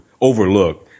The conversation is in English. overlook